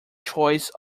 choice